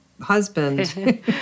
Husband